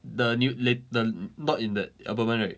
the new late the not in that album right